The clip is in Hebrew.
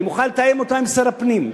אני מוכן לתאם אותה עם שר הפנים,